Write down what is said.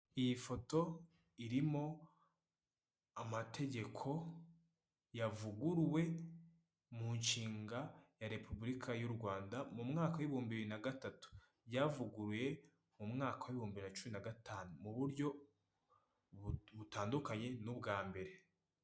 Iyi foto irimo amategeko yavuguruwe mu nshinga ya Repubulika y'u Rwanda mu mwaka w'ibihumbi bibiri na gatatu, ryavuguruye mu mwaka w'ibihumbi bibiri na cumi na gatanu, mu buryo butandukanye n'ubwa mbere.